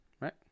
Right